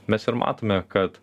mes ir matome kad